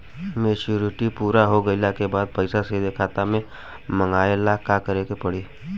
Maturity पूरा हो गइला के बाद पईसा सीधे खाता में मँगवाए ला का करे के पड़ी?